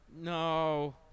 no